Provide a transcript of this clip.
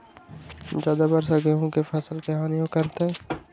ज्यादा वर्षा गेंहू के फसल के हानियों करतै?